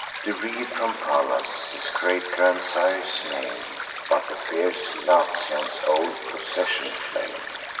deriv'd from pallas, his great-grandsire's name but the fierce latians old possession claim,